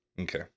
Okay